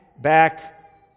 back